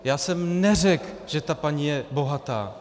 Já jsem neřekl, že ta paní je bohatá.